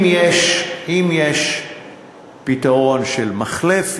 אם יש פתרון של מחלף,